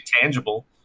Tangible